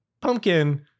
Pumpkin